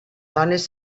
dones